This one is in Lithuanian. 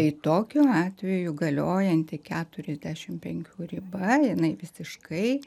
tai tokiu atveju galiojanti keturiasdešimt penkių riba jinai visiškai